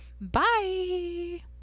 Bye